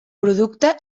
producte